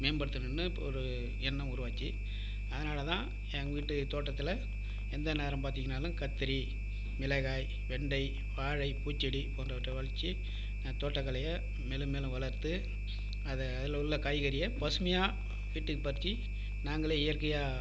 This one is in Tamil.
மேம்படுத்தணும்னு இப்போ ஒரு எண்ணம் உருவாச்சு அதனாலேதான் எங்கள் வீட்டு தோட்டத்தில் எந்த நேரம் பார்த்தீங்கன்னாலும் கத்திரி மிளகாய் வெண்டை வாழை பூச்செடி போன்றவற்றை வச்சு நான் தோட்டக்கலையை மேலும் மேலும் வளர்த்து அதை அதில் உள்ள காய்கறியை பசுமையாக வீட்டுக்கு பறிச்சு நாங்களே இயற்கையாக